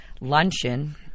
luncheon